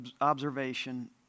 observation